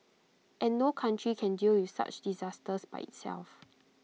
and no country can deal with such disasters by itself